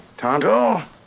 Tonto